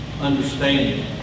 understanding